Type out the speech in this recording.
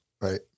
Right